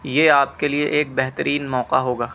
یہ آپ کے لیے ایک بہترین موقع ہو گا